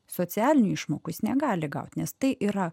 socialinių išmokų jis negali gaut nes tai yra